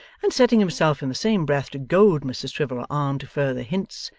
and setting himself in the same breath to goad mr swiveller on to further hints,